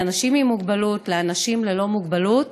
אנשים עם מוגבלות לאנשים ללא מוגבלות,